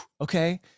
okay